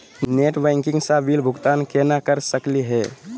Net banking स bill भुगतान केना कर सकली हे?